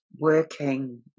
working